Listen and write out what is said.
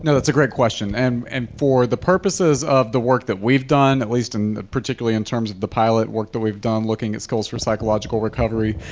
no it's a great question. and and for the purposes of the work that we've done, at least and in particularly in terms of the pilot work that we've done, looking at skills for psychological recovery,